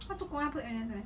他做工他不是 N_S meh